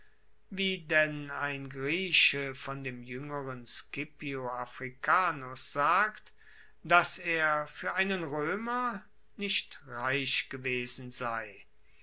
wie denn ein grieche von dem juengeren scipio africanus sagt dass er fuer einen roemer nicht reich gewesen sei